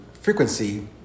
frequency